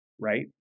right